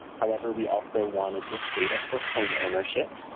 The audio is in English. however, we also wanted this data for homeownership.